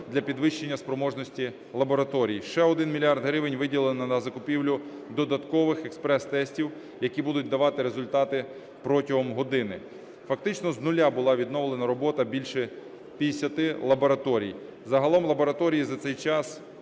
для підвищення спроможностей лабораторій. Ще 1 мільярд гривень виділили на закупівлю додаткових експрес-тестів, які будуть давати результати протягом години. Фактично з нуля була відновлена робота більше 50 лабораторій. Загалом лабораторії за цей час